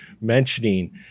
mentioning